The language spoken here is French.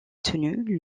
tenues